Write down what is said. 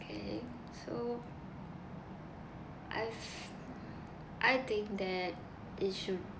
okay so I've I think that it should